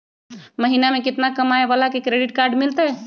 महीना में केतना कमाय वाला के क्रेडिट कार्ड मिलतै?